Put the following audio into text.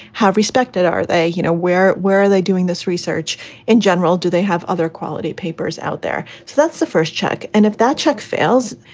how respected are they? you know, where where are they doing this research in general? do they have other quality papers out there? so that's the first check. and if that check fails,